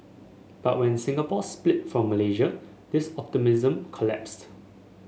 but when Singapore split from Malaysia this optimism collapsed